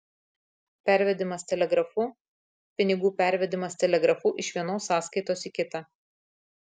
pervedimas telegrafu pinigų pervedimas telegrafu iš vienos sąskaitos į kitą